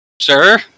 Sir